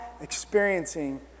experiencing